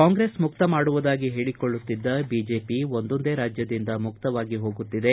ಕಾಂಗ್ರೆಸ್ ಮುಕ್ತ ಮಾಡುವುದಾಗಿ ಹೇಳಕೊಳ್ಳುತ್ತಿದ್ದ ಬಿಜೆಪಿ ಒಂದೊಂದು ರಾಜ್ಯದಿಂದ ಮುಕ್ತವಾಗಿ ಹೋಗುತ್ತಿದೆ